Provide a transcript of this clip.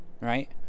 right